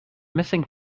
missing